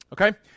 okay